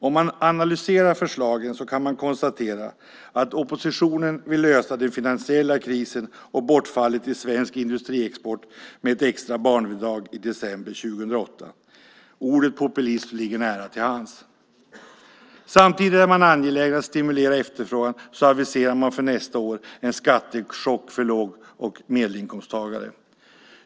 Om man analyserar förslagen kan man konstatera att oppositionen vill lösa den finansiella krisen och bortfallet i svensk industriexport med ett extra barnbidrag i december 2008. Ordet populism ligger nära till hands. Samtidigt som man är angelägen att stimulera efterfrågan aviserar man för nästa år en skattechock för låg och medelinkomsttagare.